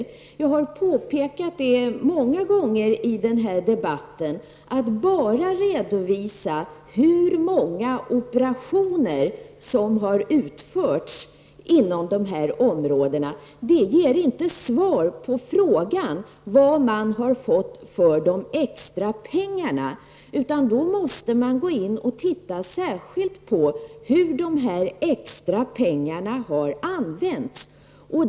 Jag har påpekat många gånger i denna debatt att en redovisning av hur många operationer som har utförts inom dessa områden inte ger svar på frågan vad man har fått för de extra pengarna. För att få veta detta måste man gå in och titta särskilt på hur dessa extrapengar har använts.